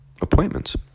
appointments